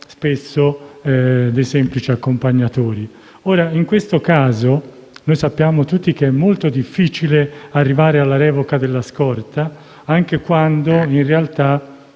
essere dei semplici accompagnatori. Sappiamo tutti che è molto difficile arrivare alla revoca della scorta, anche quando in realtà